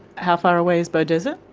how far away is beaudesert?